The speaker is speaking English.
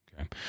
Okay